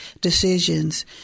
decisions